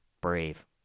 brave